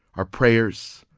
our prayers,